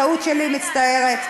טעות שלי, מצטערת.